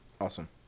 Awesome